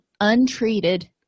untreated